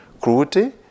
cruelty